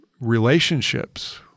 relationships